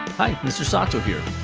hi, mr. sato here.